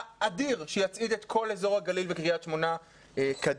אדיר שיצעיד את כל אזור הגליל וקריית שמונה קדימה.